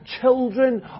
children